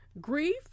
grief